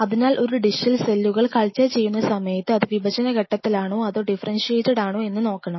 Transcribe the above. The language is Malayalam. അതിനാൽ ഒരു ഡിഷിൽ സെല്ലുകൾ കൾച്ചർ ചെയ്യുന്ന സമയത്ത് അത് വിഭജന ഘട്ടത്തിലാണോ അതോ ഡിഫറെൻഷിയേറ്റഡ് ആണോ എന്ന് നോക്കണം